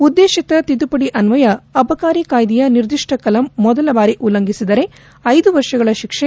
ಉದ್ದೇಶಿತ ತಿದ್ದುಪಡಿ ಅನ್ವಯ ಅಬಕಾರಿ ಕಾಯ್ದೆಯ ನಿರ್ದಿಷ್ಟ ಕಲಂ ಮೊದಲ ಬಾರಿ ಉಲ್ಲಂಘಿಸಿದರೆ ಐದು ವರ್ಷಗಳ ಶಿಕ್ಷೆ